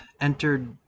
entered